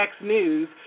News